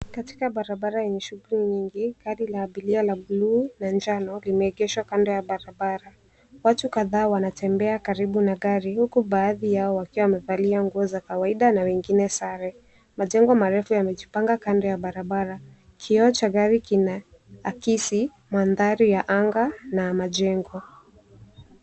Katika barabara yenye shughuli nyingi, gari la abiria la bluu na njano limeegeshwa kando ya barabara. Watu kadhaa wanatembea karibu na gari huku baadhi yao wakiwa wamevalia nguo za kawaida na wengine sare. Majengo marefu yamejipanga kando ya barabara. Kioo cha gari kinaakisi mandhari ya anga na majengo.